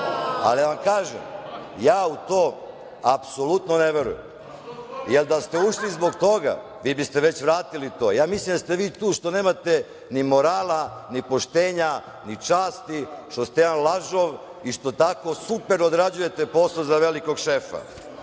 Da vam kažem, ja u to apsolutno ne verujem. Da ste ušli zbog toga, vi ste već vratili to. Ja mislim da ste vi tu što nemate ni morala, ni poštenja, ni časti, što ste jedan lažov i što tako super odrađujete poslove za velikog šefa. Još